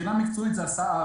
מבחינה מקצועית זה עשה עוול,